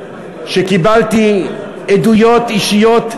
שקיבלתי בעדויות אישיות,